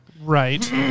Right